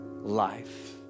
life